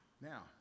Now